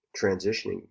transitioning